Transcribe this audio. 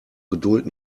geduld